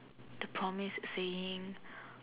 the promise saying